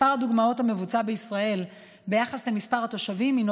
מספר הדגימות המבוצע בישראל ביחס למספר התושבים הינו